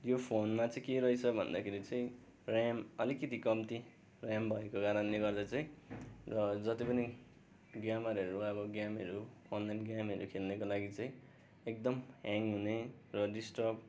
यो फोनमा चाहिँ के रहेछ भन्दाखेरि चाहिँ ऱ्याम अलिकति कम्ती ऱ्याम भएको कारणले गर्दा चाहिँ र जति पनि गेमरहरू अब गेमहरू अनलाइन गेमहरू खेल्नेको लागि चाहिँ एकदम ह्याङ हुने र डिस्टर्ब